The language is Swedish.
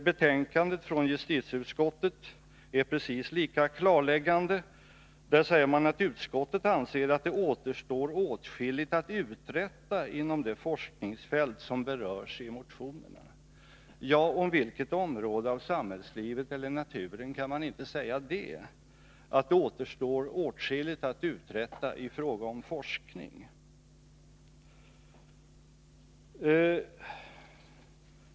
Betänkandet från justitieutskottet är precis lika klarläggande. Där säger man att utskottet anser att det återstår åtskilligt att uträtta inom det forskningsfält som berörs i motionerna. Ja, om vilket område av samhällslivet eller naturen kan man inte säga att det återstår åtskilligt att uträtta i fråga om forskning?